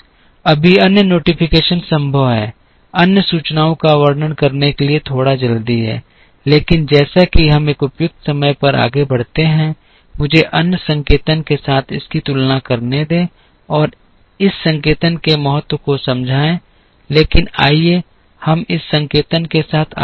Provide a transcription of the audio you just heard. अभी अन्य नोटिफिकेशन संभव हैं अन्य सूचनाओं का वर्णन करने के लिए थोड़ा जल्दी है लेकिन जैसा कि हम एक उपयुक्त समय पर आगे बढ़ते हैं मुझे अन्य संकेतन के साथ इसकी तुलना करने दें और इस संकेतन के महत्व को समझाएं लेकिन आइए हम इस संकेतन के साथ आगे बढ़ें